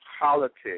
politics